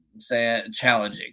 challenging